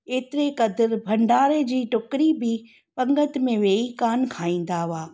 एतिरे क़दुरु भंडारे जी टुकिड़ी बि पंगति में वेई कान खाईंदा हुआ